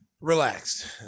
Relaxed